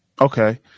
Okay